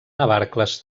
navarcles